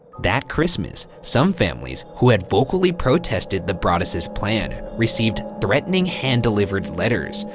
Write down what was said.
that christmas, some families who had vocally protested the broaddus's plan received threatening hand-delivered letters,